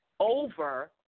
over